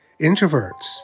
Introverts